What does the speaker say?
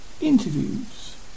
interviews